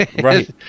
Right